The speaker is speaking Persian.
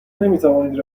نمیتوانید